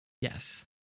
yes